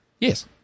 Yes